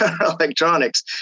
electronics